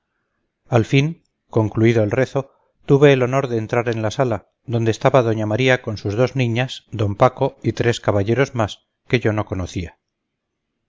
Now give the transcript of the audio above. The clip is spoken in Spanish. al fin concluido el rezo tuve el honor de entrar en la sala donde estaba doña maría con sus dos niñas d paco y tres caballeros más que yo no conocía